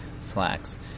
slacks